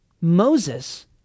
Moses